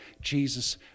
Jesus